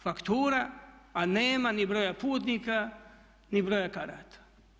Faktura, a nema ni broja putnika, ni broja karata.